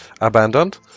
abandoned